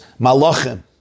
Malachim